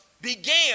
began